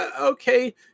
okay